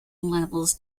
levels